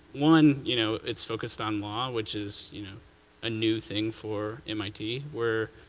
one, you know it's focused on law, which is you know a new thing for mit, where,